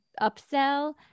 upsell